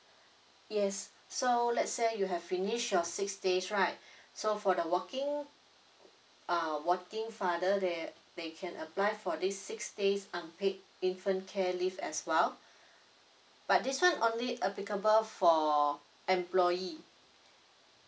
yes so let's say you have finished your six days right so for the working uh working father they they can apply for this six days unpaid infant care leave as well but this one only applicable for employee